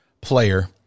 player